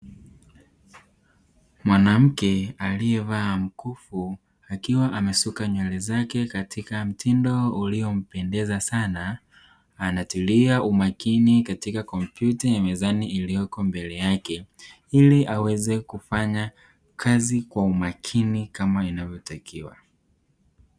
Mwanamke aliyevaa mkufu akiwa amesuka nywele zake katika mtindo ulimpendeza sana anatulia umakini katika kompyuta ya mezani iliyoko mbele yake ili aweze kufanya kazi kwa umakini kama inavyotakiwa.